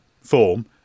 form